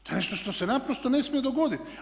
To je nešto što se naprosto ne smije dogoditi.